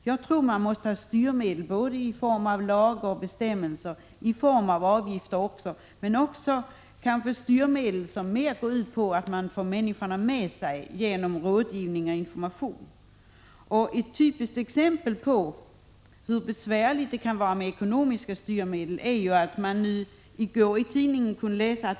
Jag tror att man måste ha styrmedel både i form av lagar och bestämmelser och i form av avgifter, men att man även måste få människorna med sig genom rådgivning och information. Ett typiskt exempel på hur besvärligt det kan vara med ekonomiska styrmedel kunde vi i går läsa om i tidningarna.